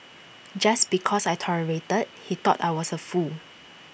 just because I tolerated he thought I was A fool